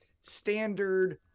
standard